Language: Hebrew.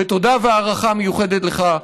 ותודה והערכה מיוחדת לך,